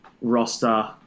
roster